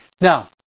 Now